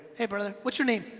hey brother, what's your name?